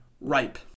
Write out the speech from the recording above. Ripe